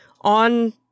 on